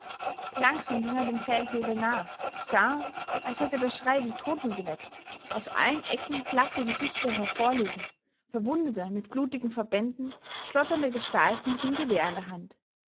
langsam ging er dem feldwebel nach sah als hätte der schrei die toten geweckt aus allen ecken blasse gesichter hervorlugen verwundete mit blutigen verbänden schlotternde gestalten mit dem gewehr in der hand